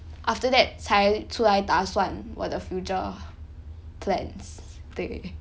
after that 才出来打算我的 future plans 对